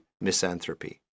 misanthropy